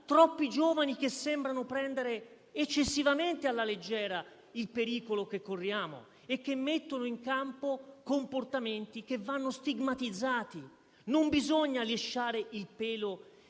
troppi giovani che sembrano prendere eccessivamente alla leggera il pericolo che corriamo e che mettono in campo comportamenti che devono essere stigmatizzati. Non bisogna lisciare il pelo